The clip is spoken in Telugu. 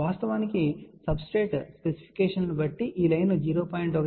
వాస్తవానికి సబ్స్ట్రేట్ స్పెసిఫికేషన్లను బట్టి ఈ లైన్ 0